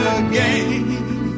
again